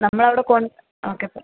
നമ്മളവിടെ കൊ ഓക്കെ അപ്പോൾ